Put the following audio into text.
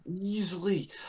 Easily